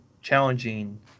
challenging